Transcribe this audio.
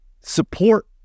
support